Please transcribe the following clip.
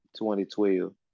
2012